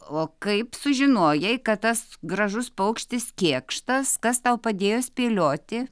o kaip sužinojai kad tas gražus paukštis kėkštas kas tau padėjo spėlioti